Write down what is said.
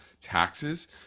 taxes